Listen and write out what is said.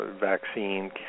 vaccine